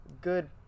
Good